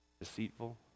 deceitful